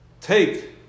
take